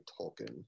Tolkien